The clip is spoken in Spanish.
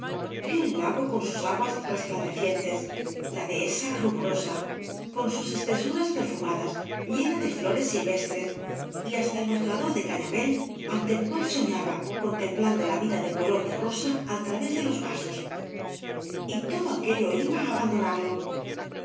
víó el lago con sus aguas resplandecientes la dehesa rumorosa con sus espesuras percañas y barro fumadas llena de flores silvestres y hasta el mostrador de gañamél aiúe el cual soñaba contemplando la vida de color de rosa ai través de loa vasos y todo aquello iba á abandonarlo